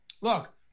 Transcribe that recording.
Look